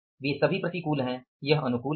वे सभी प्रतिकूल हैं यह अनुकूल है